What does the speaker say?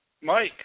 Mike